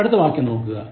അടുത്ത വാക്യം നോക്കുക